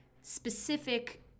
specific